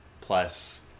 plus